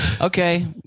Okay